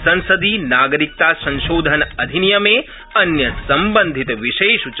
संसदि नागरिकतासंशोधनाधिनियमे अन्यसंबंधितविषयेष् च